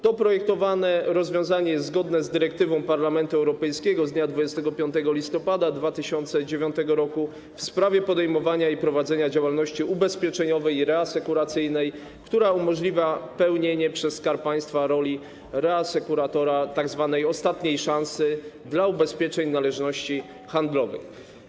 To projektowane rozwiązanie jest zgodne z dyrektywą Parlamentu Europejskiego z dnia 25 listopada 2009 r. w sprawie podejmowania i prowadzenia działalności ubezpieczeniowej i reasekuracyjnej, która umożliwia pełnienie przez Skarb Państwa roli reasekuratora tzw. ostatniej szansy w przypadku ubezpieczeń należności handlowych.